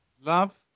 love